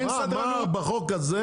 מה בחוק הזה?